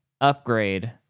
upgrade